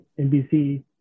NBC